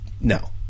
no